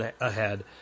ahead